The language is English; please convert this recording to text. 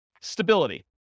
Stability